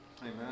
Amen